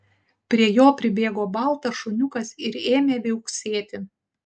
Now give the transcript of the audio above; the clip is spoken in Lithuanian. prie jo pribėgo baltas šuniukas ir ėmė viauksėti